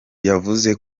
yavuze